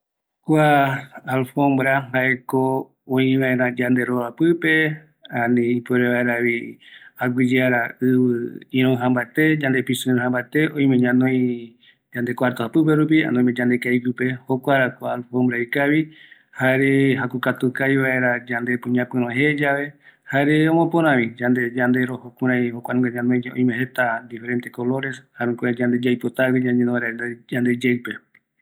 Kua alfombra jaeko yandero ömopöra vaera, jare ɨvɨ jakukatu vaera, aguiyeara vi iröɨja yande kearenda, aguiyeara ɨvɨ röïja re ñapïrö